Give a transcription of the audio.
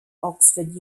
oxford